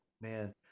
Man